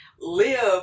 live